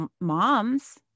moms